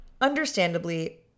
Understandably